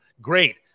Great